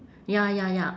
ya ya ya